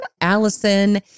Allison